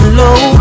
low